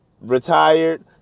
retired